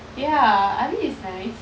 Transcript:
ya I mean it's nice